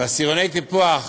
ועשירוני טיפוח